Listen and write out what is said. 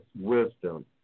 wisdom